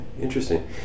Interesting